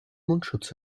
mundschutz